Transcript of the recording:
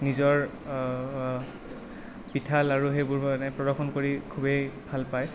নিজৰ পিঠা লাৰু সেইবোৰ মানে প্ৰদৰ্শন কৰি খুবেই ভাল পায়